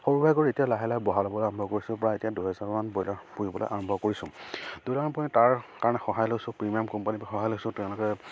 সৰুভাৱে কৰি এতিয়া লাহে লাহে বঢ়াবলৈ আৰম্ভ কৰিছোঁ প্ৰায় এতিয়া দুহেজাৰমান ব্ৰইলাৰ পুহিবলৈ আৰম্ভ কৰিছোঁ দুহেজাৰমান পাৰি তাৰ কাৰণে সহায় লৈছোঁ প্ৰিমিয়াম কোম্পানীৰপৰা সহায় লৈছোঁ তেওঁলোকে